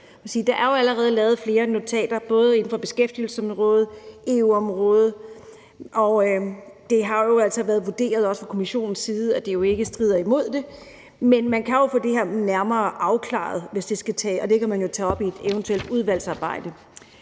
der jo allerede er lavet flere notater, både inden for beskæftigelsesområdet og EU-området, og det har jo altså været vurderet også fra Kommissionens side, at det ikke strider imod det. Men man kan få det her nærmere afklaret, og det kan man jo tage op i et eventuelt udvalgsarbejde.